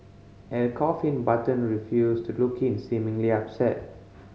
at the coffin Button refused to look in seemingly upset